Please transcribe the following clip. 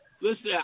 listen